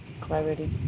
Clarity